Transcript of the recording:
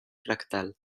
fractal